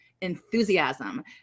enthusiasm